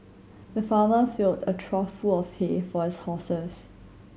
the farmer filled a trough full of hay for his horses